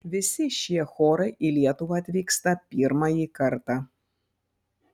visi šie chorai į lietuvą atvyksta pirmąjį kartą